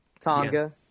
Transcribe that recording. Tonga